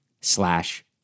slash